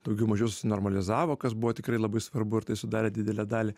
daugiau mažiau susinormalizavo kas buvo tikrai labai svarbu ir tai sudarė didelę dalį